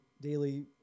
daily